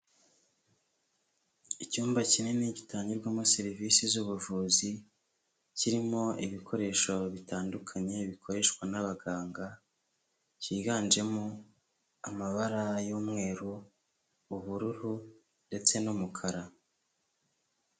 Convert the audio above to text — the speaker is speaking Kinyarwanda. Icyumba kinini gitangirwamo serivisi z'ubuvuzi, kirimo ibikoresho bitandukanye bikoreshwa n'abaganga, cyiganjemo amabara y'umweru, ubururu ndetse n'umukara.